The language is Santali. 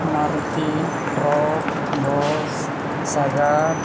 ᱢᱟᱨᱚᱛᱤ ᱴᱨᱚᱠ ᱵᱚᱥ ᱥᱟᱜᱟᱲ